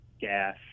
gas